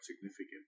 significant